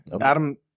Adam